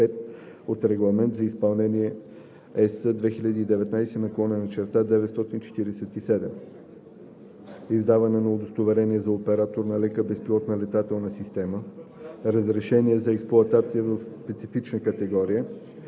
от Регламент за изпълнение (ЕС) 2019/947, издаване на удостоверение за оператор на лека безпилотна летателна система („LUC“), разрешение за експлоатация в специфична категория;